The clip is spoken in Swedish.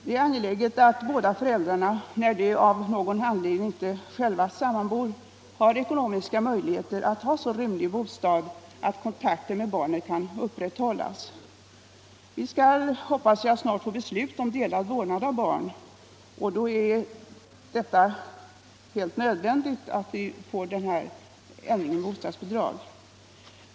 Det är angeläget att båda föräldrarna, när de av någon anledning inte själva sammanbor, har ekonomiska möjligheter att skaffa sig så rymlig bostad att kontakten med barnet kan upprätthållas. Vi skall, hoppas jag, snart få beslut om delad vårdnad av barn, och då är det helt nödvändigt med den här ändringen beträffande bostadsbidragen.